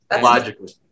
Logically